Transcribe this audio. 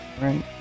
right